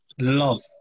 love